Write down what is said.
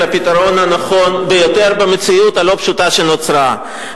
לפתרון הנכון ביותר במציאות הלא-פשוטה שנוצרה.